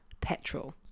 petrol